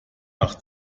mit